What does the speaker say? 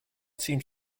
seems